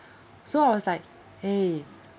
so I was like eh